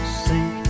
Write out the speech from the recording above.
sink